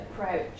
approach